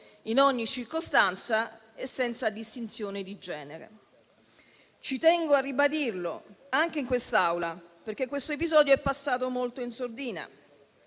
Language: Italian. in ogni circostanza e senza distinzione di genere. Ci tengo a ribadirlo anche in quest'Aula, perché questo episodio è passato molto in sordina.